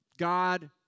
God